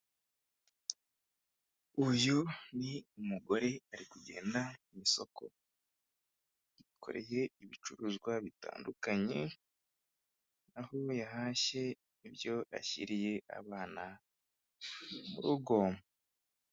Uyu ni umugore ari kugenda mu isoko yikoreye ibicuruzwa bitandukanye, aho yahashye ibyo ashyiriye abana mu rugo.